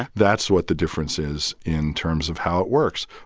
ah that's what the difference is in terms of how it works.